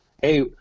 Hey